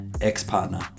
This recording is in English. ex-partner